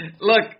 Look